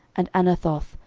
and anathoth,